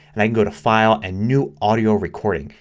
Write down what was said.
and i can do to file and new audio recording.